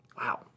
Wow